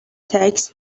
text